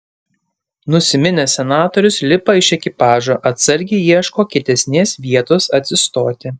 nusiminęs senatorius lipa iš ekipažo atsargiai ieško kietesnės vietos atsistoti